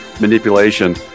manipulation